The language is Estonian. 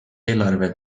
eelarve